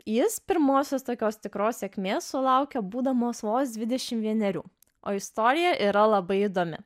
jis pirmosios tokios tikros sėkmės sulaukė būdamos vos dvidešimt vienerių o istorija yra labai įdomi